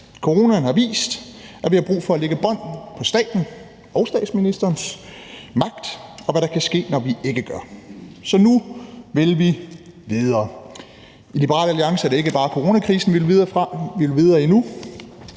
Coronaen har vist, at vi har brug for at lægge bånd på staten og statsministerens magt, og hvad der kan ske, når vi ikke gør det. Så nu vil vi videre. I Liberal Alliance er det ikke bare coronakrisen, vi vil videre fra;